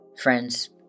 Friends